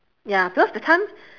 ya because that time